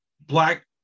black